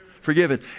Forgiven